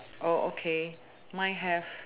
oh okay mine have